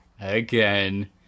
again